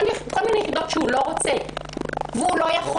מיני יחידות שהוא לא רוצה והוא לא יכול.